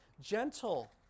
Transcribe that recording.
Gentle